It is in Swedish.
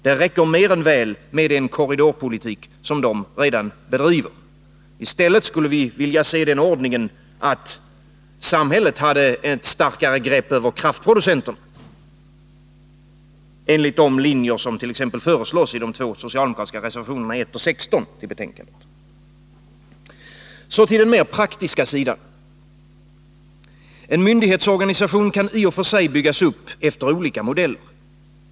Det räcker mer än väl med den korridorpolitik de redan bedriver. I stället skulle vi vilja se den ordningen att samhället hade ett starkare grepp över kraftproducenterna enligt de linjer som t.ex. föreslås i de två socialdemokratiska reservationerna 1 och 16. Så till den mer praktiska sidan. En myndighetsorganisation kan i och för sig byggas upp efter olika modeller.